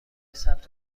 ثبت